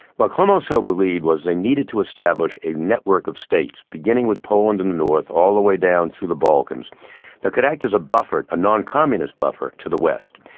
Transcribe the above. what clemenceau believed was they needed to establish a network of states, beginning with poland in the north, all the way down through the balkans that could act as a buffer a non-communist buffer, to the west.